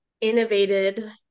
innovated